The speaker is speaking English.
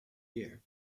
year